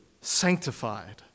sanctified